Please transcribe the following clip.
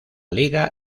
liga